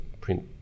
print